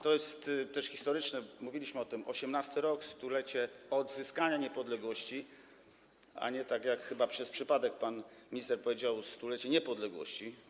To jest też historyczne, mówiliśmy o tym: 2018 r., stulecie odzyskania niepodległości, ale nie, tak jak chyba przez przypadek pan minister powiedział, stulecie niepodległości.